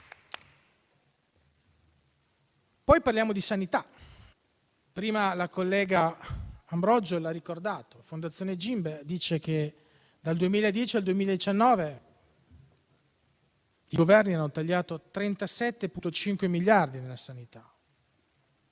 Parliamo ora di sanità, e prima la collega Ambrogio l'ha ricordato. La fondazione GIMBE dice che dal 2010 al 2019 i Governi hanno tagliato 37,5 miliardi alla sanità.